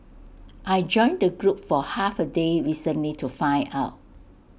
I joined the group for half A day recently to find out